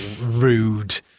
rude